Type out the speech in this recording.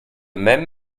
même